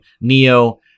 Neo